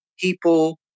people